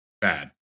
bad